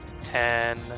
ten